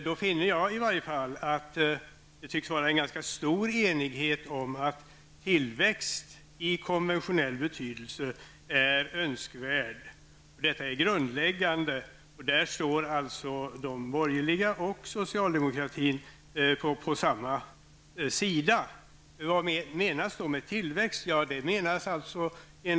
Då finner i varje fall jag att det tycks vara en stor enighet om att tillväxt i konventionell mening är önskvärd. Detta är grundläggande. Där står alltså de borgerliga och socialdemokratin på samma sida. Vad menas då med tillväxt?